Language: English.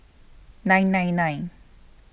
nine nine nine